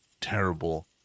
terrible